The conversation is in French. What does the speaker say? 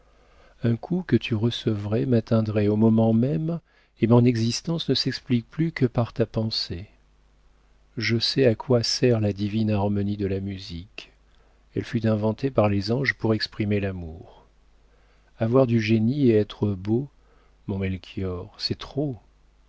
un coup que tu recevrais m'atteindrait au moment même et mon existence ne s'explique plus que par ta pensée je sais à quoi sert la divine harmonie de la musique elle fut inventée par les anges pour exprimer l'amour avoir du génie et être beau mon melchior c'est trop